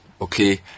Okay